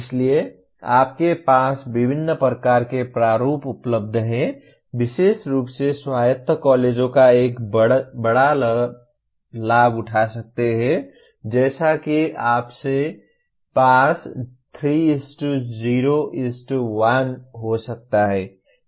इसलिए आपके पास विभिन्न प्रकार के प्रारूप उपलब्ध हैं विशेष रूप से स्वायत्त कॉलेजों का एक बड़ा लाभ उठा सकते हैं जैसे कि आपके पास 3 0 1 हो सकता है